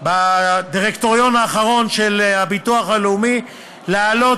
לאחרונה החלטה בדירקטוריון של הביטוח הלאומי להעלות